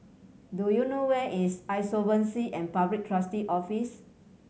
do you know where is Insolvency and Public Trustee Office